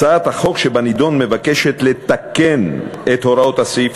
הצעת החוק שבנדון מבקשת לתקן את הוראות הסעיף